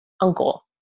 uncle